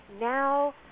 Now